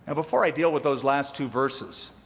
and before i deal with those last two verses,